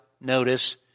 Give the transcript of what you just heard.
notice